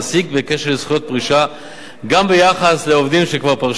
בקשר לזכויות פרישה גם ביחס לעובדים שכבר פרשו,